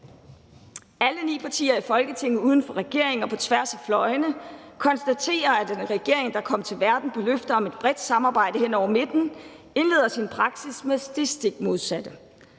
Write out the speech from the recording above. »Alle ni partier i Folketinget uden for regering og på tværs af fløjene konstaterer, at en regering, der kom til verden på løfter om et bredt samarbejde hen over midten, indleder sin praksis med det stik modsatte.